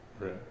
Right